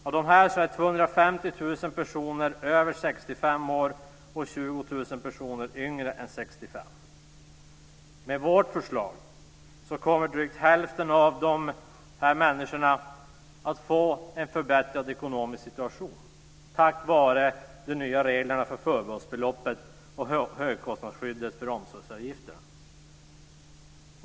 Av dessa är 250 000 personer över 65 år och 20 000 personer yngre än 65 år. Med vårt förslag kommer drygt hälften av dessa människor att få en förbättrad ekonomisk situation tack vare de nya reglerna för förbehållsbeloppet och högkostnadsskyddet för omsorgsavgiften.